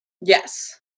Yes